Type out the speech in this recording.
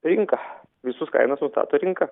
rinka visus kainas nustato rinka